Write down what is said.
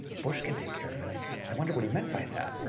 bush can take care of it, i i wonder what he meant by that?